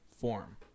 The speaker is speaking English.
form